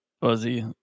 fuzzy